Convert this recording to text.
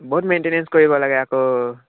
বহুত মেইনটেনেঞ্চ কৰিব লাগে আকৌ